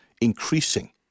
increasing